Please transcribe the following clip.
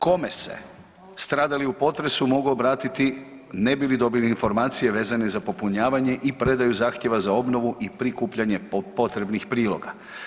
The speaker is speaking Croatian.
Kome se stradali u potresu mogu obratiti ne bi li dobili informacije vezane za popunjavanje i predaju zahtjeva za obnovu i prikupljanje potrebnih priloga?